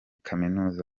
kaminuza